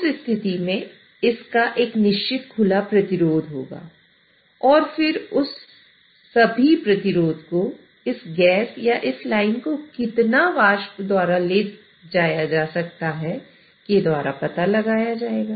उस स्थिति में इसका एक निश्चित खुला प्रतिरोध होगा और फिर उस सभी प्रतिरोध को इस गैस या इस लाइन को कितना वाष्प द्वारा ले जाया जा सकता है के द्वारा पता लगाया जाएगा